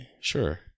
Sure